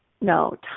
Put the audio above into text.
No